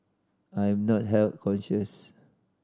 I am not health conscious